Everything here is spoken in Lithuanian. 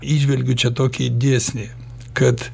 įžvelgiu čia tokį dėsnį kad